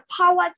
power